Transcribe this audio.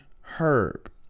herb